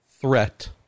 threat